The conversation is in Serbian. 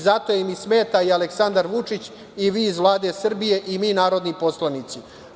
Zato im smeta i Aleksandar Vučić i vi iz Vlade Srbije i mi narodni poslanici.